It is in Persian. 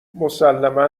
مسلما